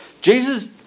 Jesus